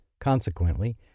Consequently